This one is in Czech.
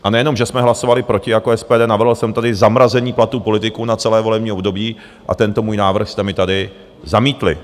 A nejenom, že jsme hlasovali proti jako SPD, navrhl jsem tady zamrazení platů politiků na celé volební období a tento můj návrh jste mi tady zamítli.